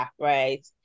right